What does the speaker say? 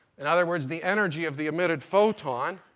in other words, the energy of the emitted photon,